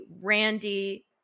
Randy